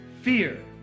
fear